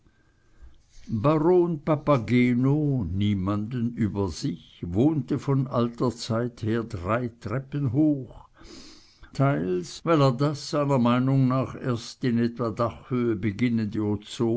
baron papageno niemanden über sich wohnte von alter zeit her drei treppen hoch teils weil er das seiner meinung nach erst in etwa dachhöhe beginnende